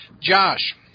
Josh